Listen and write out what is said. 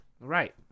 Right